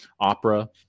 Opera